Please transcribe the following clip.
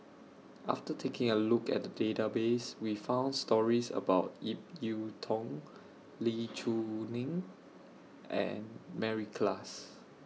after taking A Look At The Database We found stories about Ip Yiu Lee Choo and Mary Klass